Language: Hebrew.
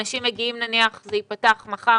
אנשים נניח מגיעים וזה ייפתח מחר,